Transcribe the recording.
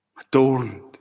adorned